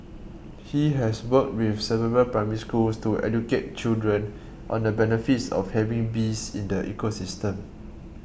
he has worked with several Primary Schools to educate children on the benefits of having bees in the ecosystem